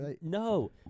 No